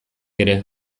ere